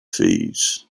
fees